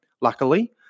luckily